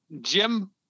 jim